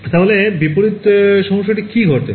তাহলে বিপরীত সমস্যাটিতে কী ঘটে